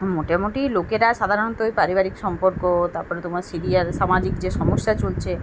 মোটামোটি লোকেরা সাধারণত এই পারিবারিক সম্পর্ক তারপরে তোমার সিরিয়াল সামাজিক যে সমস্যা চলছে